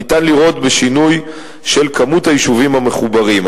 ניתן לראות בשינוי של כמות היישובים המחוברים.